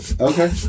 Okay